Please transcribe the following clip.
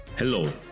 Hello